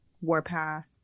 Warpath